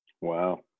Wow